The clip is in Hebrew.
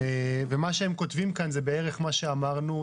מה שהם כותבים כאן, זה בערך מה שאמרנו.